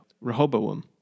Rehoboam